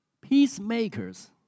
peacemakers